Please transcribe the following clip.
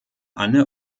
anne